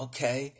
Okay